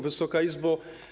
Wysoka Izbo!